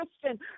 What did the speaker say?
CHRISTIAN